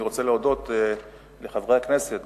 אני רוצה להודות לחברי הכנסת,